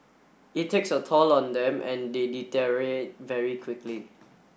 it takes a toll on them and they very quickly